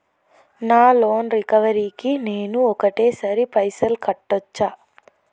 నా loan recovery కి నేను ఒకటేసరి పైసల్ కట్టొచ్చా?